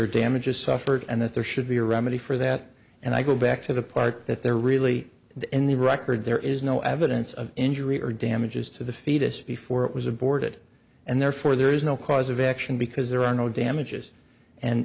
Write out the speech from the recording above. or damages suffered and that there should be a remedy for that and i go back to the part that there are really the in the record there is no evidence of injury or damages to the fetus before it was aborted and therefore there is no cause of action because there are no damages